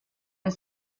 and